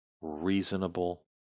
reasonable